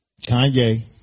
Kanye